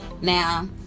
Now